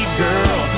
girl